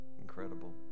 Incredible